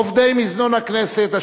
עובדי מזנון הכנסת,